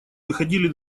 выходили